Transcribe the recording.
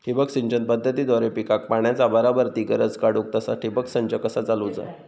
ठिबक सिंचन पद्धतीद्वारे पिकाक पाण्याचा बराबर ती गरज काडूक तसा ठिबक संच कसा चालवुचा?